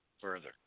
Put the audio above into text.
further